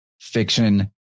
fiction